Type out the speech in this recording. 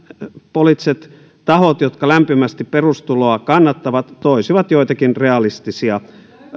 poliittiset tahot jotka lämpimästi perustuloa kannattavat toisivat joitakin realistisia